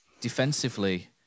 defensively